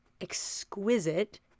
exquisite